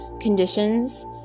conditions